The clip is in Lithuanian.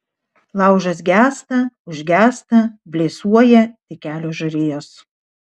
laužas gęsta užgęsta blėsuoja tik kelios žarijos